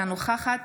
אינה נוכחת